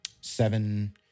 seven